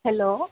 hello